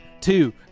two